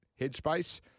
headspace